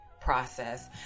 process